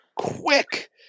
quick